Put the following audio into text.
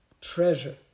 treasure